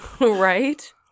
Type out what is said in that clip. Right